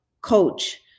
coach